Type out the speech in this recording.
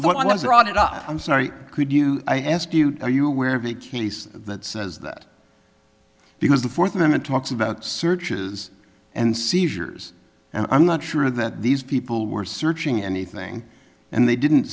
up i'm sorry could you i ask you are you aware of the case that that says because the fourth amendment talks about searches and seizures and i'm not sure that these people were searching anything and they didn't